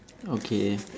okay